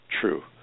true